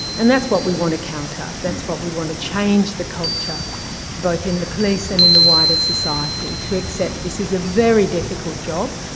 and that's what we want to counter, that's what we want to change, the culture both in the police and in the wider society, to accept that this is a very difficult job,